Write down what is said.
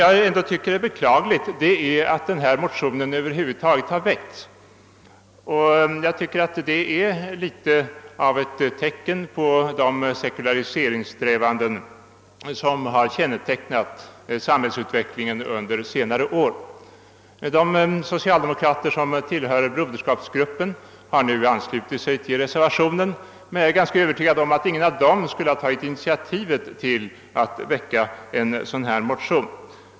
Vad jag ändå tycker är beklagligt är att denna motion över huvud taget väckts. Den är ett tecken på de sekulariseringssträvanden som har kännetecknat samhällsutsvecklingen under senare år. De socialdemokrater som tillhör Broderskapsrörelsen tycks ha anslutit sig till reservationen, men jag är rätt övertygad om att ingen av dem skulle ha tagit initiativet till att väcka en sådan här motion.